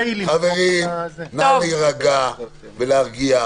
------ חברים, נא להירגע ולהרגיע.